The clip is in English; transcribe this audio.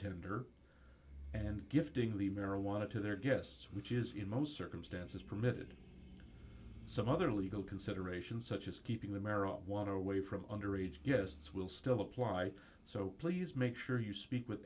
tender and gifting the marijuana to their guests which is in most circumstances permitted some other legal considerations such as keeping the marijuana away from underage yes this will still apply so please make sure you speak with